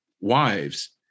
wives